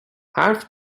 حرف